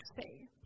say